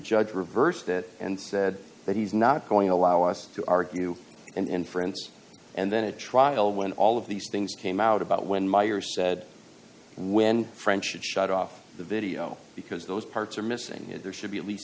judge reverse that and said that he's not going to allow us to argue and inference and then a trial when all of these things came out about when meyer said when friend should shut off the video because those parts are missing there should be at least